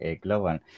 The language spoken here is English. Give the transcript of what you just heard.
Global